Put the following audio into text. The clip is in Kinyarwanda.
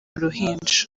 uruhinja